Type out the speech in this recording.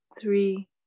three